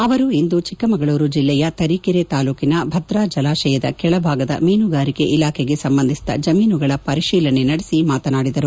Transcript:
ಅವರು ಇಂದು ಚಿಕ್ಕಮಗಳೂರು ಜಿಲ್ಲೆಯ ತರೀಕೆರೆ ತಾಲ್ಲೂಕಿನ ಭದ್ರಾ ಜಲಾಶಯದ ಕೆಳಭಾಗದ ಮೀನುಗಾರಿಕೆ ಇಲಾಖೆಗೆ ಸಂಬಂಧಿಸಿದ ಜಮೀನುಗಳ ಪರಿಶೀಲನೆ ನಡೆಸಿ ಮಾತನಾಡಿದರು